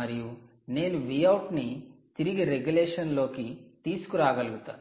మరియు నేను Vout ను తిరిగి రెగ్యులేషన్ లోకి తీసుకురాగాలుగుతను